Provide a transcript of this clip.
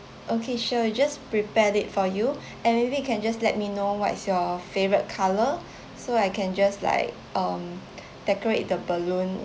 okay sure just prepare it for you and maybe you can just let me know what is your favourite colour so I can just like um decorate the balloon